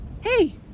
Hey